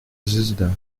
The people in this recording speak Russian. звезда